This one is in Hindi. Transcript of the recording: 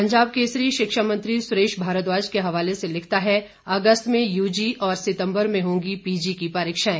पंजाब केसरी शिक्षा मंत्री सुरेश भारद्वाज के हवाले से लिखता है अगस्त में यूजी और सितम्बर में होंगी पीजी की परीक्षाएं